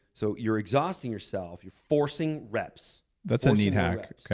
so you're exhausting yourself, you're forcing reps. that's a neat hack, okay.